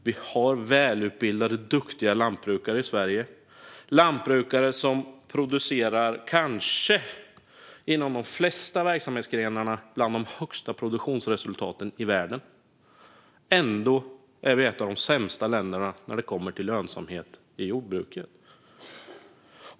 Vi har välutbildade, duktiga lantbrukare i Sverige - lantbrukare som inom de flesta verksamhetsgrenar producerar kanske bland de högsta produktionsresultaten i världen. Ändå är vi ett av de sämsta länderna när det kommer till lönsamhet i jordbruket.